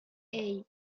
hey